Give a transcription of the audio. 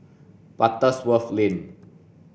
Butterworth Lane